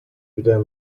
wieder